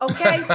Okay